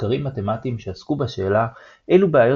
במחקרים מתמטיים שעסקו בשאלה אילו בעיות